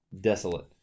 desolate